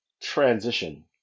transition